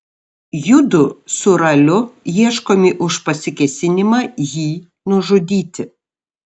judu su raliu ieškomi už pasikėsinimą jį nužudyti